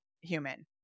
human